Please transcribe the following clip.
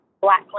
Black